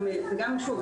ושוב,